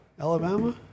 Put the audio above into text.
Alabama